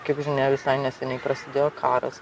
kaip žinia visai neseniai prasidėjo karas